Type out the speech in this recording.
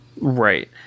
Right